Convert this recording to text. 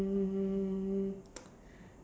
um